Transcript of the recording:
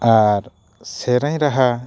ᱟᱨ ᱥᱮᱨᱮᱧ ᱨᱟᱦᱟ